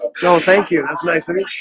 but you know thank you. that's nice